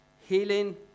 healing